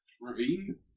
Ravine